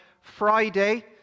Friday